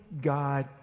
God